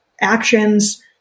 actions